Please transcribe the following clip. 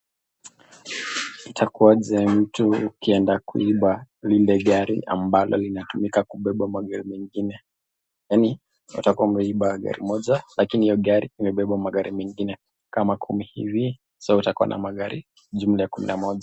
Itakuwajee? Mtu ukienda kuiba lile gari ambalo linatumika kubeba magari mengine yaani watakuwa wameiba gari Moja lakini hiyo gari imebeba magari mengine kama kumi hivi so atakuwa na magari jumla ya kumi na Moja.